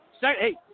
Hey